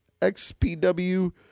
XPW